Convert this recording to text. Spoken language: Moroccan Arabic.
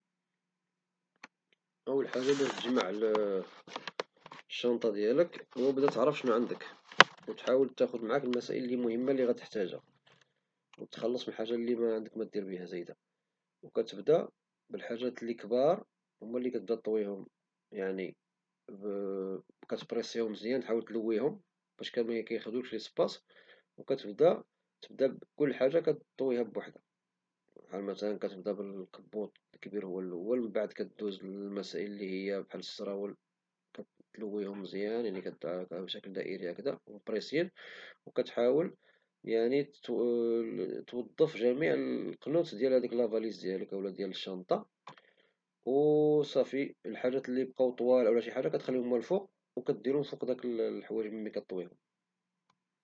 اول حاجة باش دجمع الشانطة ديالك خاص تعرف شنو عندك او تحاول تاخد معك المسائل المهمة اللي غتحتاج او تخلص من الحاجة اللي معندك مدير بها زايدة او كتبدا بالحاجات اللي كبار هما اللي تبدا طويهم يعني كتبريسهم مزيان حاول تلويهم باش مكيخدولكش ليسباس او كتبدا كل حاجة كطويها بوحدها عامة كتبدا بالكبوط الكبير هو لول او من بعد كدوز للمسائل اللي هي بحال السراول كتلويهم مزيان بشكل دائري هاكدا مبريسيين او كتحاول يعني توظف جميع القنوت ديال هاديك الفاليز ديالك اولى ديا الشانطا او صافي الحاجات اللي بقاو اولى شي حاجة كتخليهم الفوق او كديرهم فوق الحوايج ملي طويهم